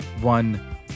one